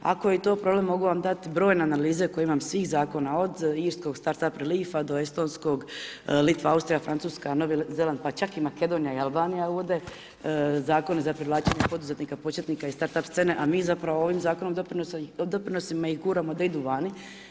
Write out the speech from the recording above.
Ako je i to problem mogu vam dati brojne analize koje imam svih zakona od irskog Start up Reliefdo estonskog, Litva, Austrija, Francuska, Novi Zeland, pa čak i Makedonija i Albanija uvode zakon za privlačenje poduzetnika početnika i Start up scene a mi zapravo ovim zakonom doprinosima ih guramo da idu vani.